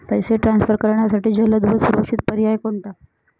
पैसे ट्रान्सफर करण्यासाठी जलद व सुरक्षित पर्याय कोणता?